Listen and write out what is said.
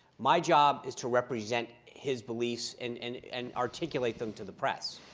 my job is to represent his beliefs, and and and articulate them to the press,